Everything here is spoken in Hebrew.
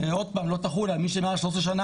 עוד פעם, לא תחול על מי שנמצא פה מעל 13 שנה.